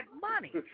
money